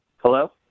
Hello